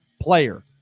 player